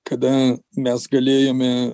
kada mes galėjome